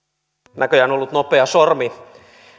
näköjään ollut nopea sormi